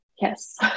yes